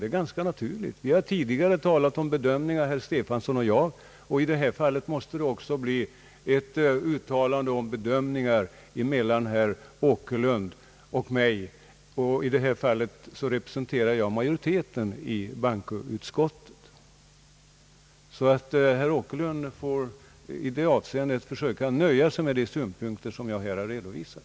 Herr Stefanson och jag har tidigare talat om bedömningar, och i det här fallet måste det också bli tal om att herr Åkerlund och jag bedömer saker och ting olika. I det här fallet representerar jag majoriteten i bankoutskottet, och herr Åkerlund får försöka nöja sig med de synpunkter som jag här har framfört.